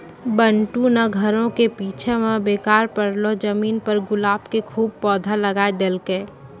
बंटू नॅ घरो के पीछूं मॅ बेकार पड़लो जमीन पर गुलाब के खूब पौधा लगाय देलकै